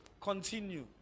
continue